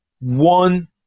one